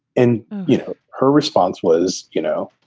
and you know her response was, you know,